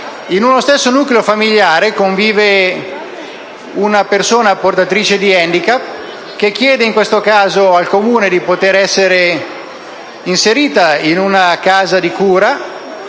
in uno stesso nucleo familiare convive una persona portatrice di *handicap* che chiede in questo caso al Comune di poter essere inserita in una casa di cura,